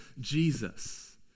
Jesus